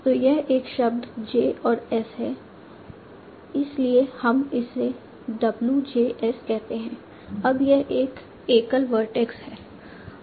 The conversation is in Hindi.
तो एक शब्द j और s है चलिए हम इसे wjs कहते हैं अब यह एक एकल वर्टेक्स है